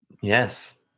yes